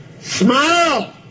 Smile